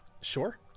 Sure